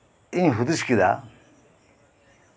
ᱤᱧ ᱦᱩᱫᱤᱥ ᱠᱮᱫᱟ